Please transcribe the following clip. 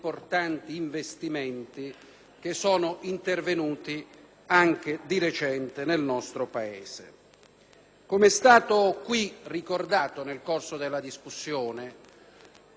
Come è stato qui ricordato nel corso della discussione, tutto ha inizio quando le Nazioni Unite decidono di porre fine